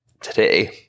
today